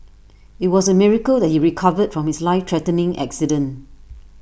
IT was A miracle that he recovered from his life threatening accident